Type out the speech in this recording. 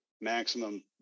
maximum